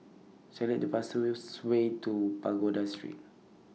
Select The fastest Way to Pagoda Street